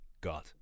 God